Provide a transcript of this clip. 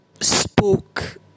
spoke